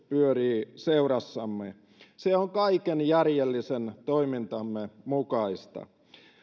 pyörii seurassamme se on kaiken järjellisen toimintamme mukaista